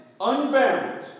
unbound